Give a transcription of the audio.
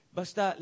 basta